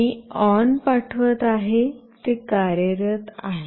मी on पाठवत आहे ते कार्यरत आहे